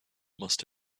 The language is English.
must